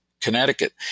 Connecticut